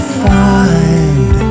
find